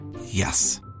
Yes